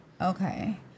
Okay